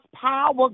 power